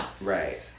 Right